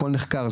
הכל נחקר,